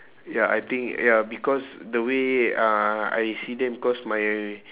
ya I think ya because the way uh I see them because my